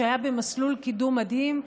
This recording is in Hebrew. שהיה במסלול קידום מדהים,